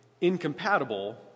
incompatible